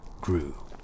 grew